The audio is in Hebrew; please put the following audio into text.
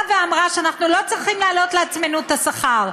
באה ואמרה שאנחנו לא צריכים להעלות לעצמנו את השכר.